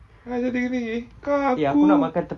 harga diri kau aku